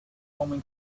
forming